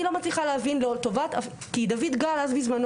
אני לא מצליחה להבין כי דוד אז בזמנו